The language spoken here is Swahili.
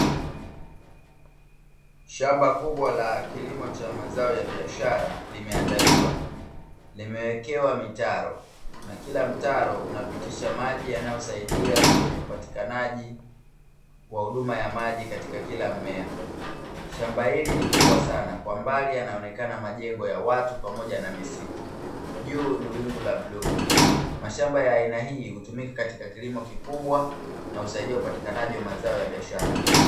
Shamba kubwa la kilimo cha mazao ya biashara limeandaliwa, nimewekewa mitaro na kila mtaro unapitisha maji yanayosaidia kwenye upatikanaji wa huduma ya maji katika kila mmea shamba hili ni kubwa sana kwa mbali yanaonekana majengo ya watu pamoja na misitu juu ni wingu la bluu, mashamba ya aina hii hutumika katika kilimo kikubwa na usaidia upatikanaji wa mazao ya biashara.